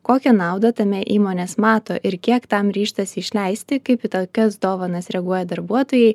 kokią naudą tame įmonės mato ir kiek tam ryžtasi išleisti kaip į tokias dovanas reaguoja darbuotojai